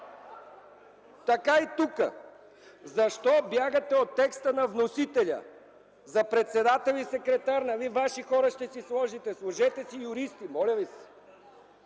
Така и тук! Защо бягате от текста на вносителя за председател и секретар? Нали ваши хора ще сложите? Сложете си юристи, моля ви се!